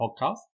Podcast